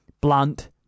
blunt